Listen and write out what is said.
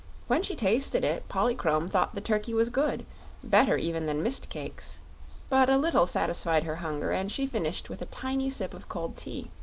when she tasted it polychrome thought the turkey was good better even than mist-cakes but a little satisfied her hunger and she finished with a tiny sip of cold tea.